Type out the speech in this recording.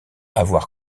avoir